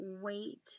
wait